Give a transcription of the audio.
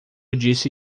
disse